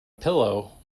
pillow